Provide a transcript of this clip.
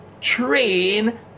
train